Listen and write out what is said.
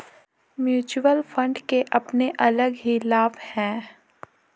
mutual fund के अपने अलग ही लाभ हैं